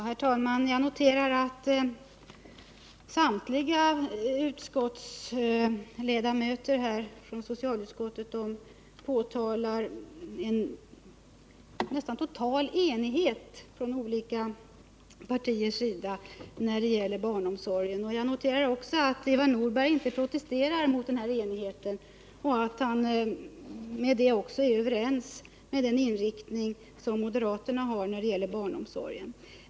Herr talman! Jag noterar att samtliga ledamöter från socialutskottet pekar på en nästan total enighet mellan olika partier när det gäller barnomsorgen. Jag noterar också att Ivar Nordberg inte protesterade mot detta och därmed tydligen är överens med moderaterna om deras inriktning av barnomsorgen.